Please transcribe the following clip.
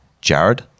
Jared